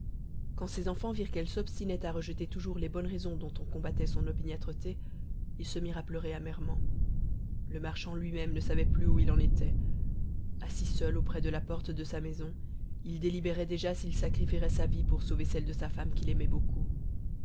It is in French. quand ses enfants virent qu'elle s'obstinait à rejeter toujours les bonnes raisons dont on combattait son opiniâtreté ils se mirent à pleurer amèrement le marchand luimême ne savait plus où il en était assis seul auprès de la porte de sa maison il délibérait déjà s'il sacrifierait sa vie pour sauver celle de sa femme qu'il aimait beaucoup